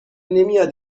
نمیاد